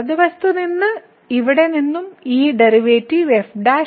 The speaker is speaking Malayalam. വലതുവശത്ത് നിന്ന് ഇവിടെ നിന്നും ഈ ഡെറിവേറ്റീവ് f g